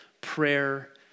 prayer